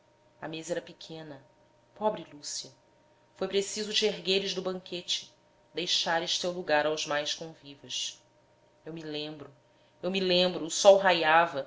a mesa era pequena pobre lúcia foi preciso te ergueres do banquete deixares teu lugar aos mais convivas eu me lembro eu me lembro o sol raiava